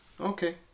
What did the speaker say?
Okay